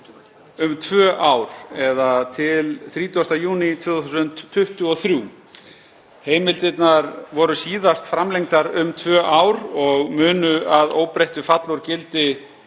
um tvö ár, eða til 30. júní 2023. Heimildirnar voru síðast framlengdar um tvö ár og munu að óbreyttu falla úr gildi